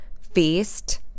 feast